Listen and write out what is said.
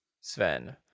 Sven